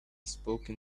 spoken